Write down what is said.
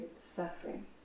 suffering